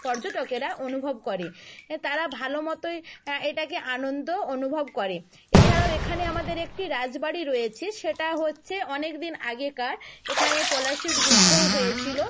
পর্যটকেরা অনুভব করে তারা ভালো মতোই এটাকে আনন্দ অনুভব করে এছাড়াও এখানে আমাদের একটি রাজবাড়ি রয়েছে সেটা হচ্ছে অনেক দিন আগেকার এখানে পলাশীর যুদ্ধও হয়েছিলো